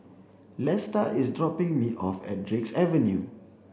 Lesta is dropping me off at Drake Avenue